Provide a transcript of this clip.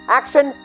action